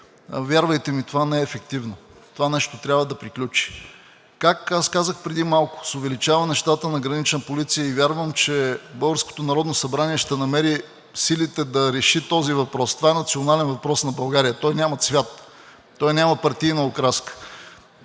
Вярвайте ми, това не е ефективно. Това нещо трябва да приключи. Как? Аз казах преди малко – с увеличаване щата на Гранична полиция, и вярвам, че българското Народно събрание ще намери силите да реши този въпрос. Това е национален въпрос на България. Той няма цвят, няма партийна окраска.